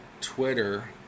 Twitter